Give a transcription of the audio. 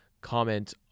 comment